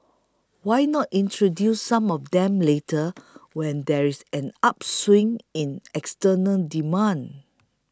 why not introduce some of them later when there is an upswing in external demand